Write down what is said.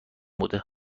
بوده